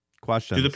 Question